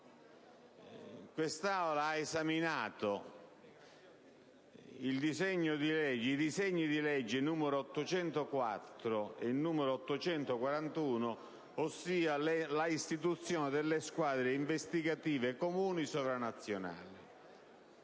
quest'Aula ha esaminato i disegni di legge nn. 804 e 841 relativi all'istituzione delle squadre investigative comuni sovranazionali.